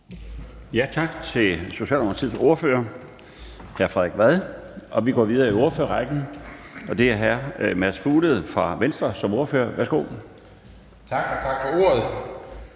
Tak til Socialdemokratiets ordfører, hr. Frederik Vad. Vi går videre i ordførerrækken, og det er hr. Mads Fuglede fra Venstre som ordfører. Værsgo. Kl. 16:05 (Ordfører)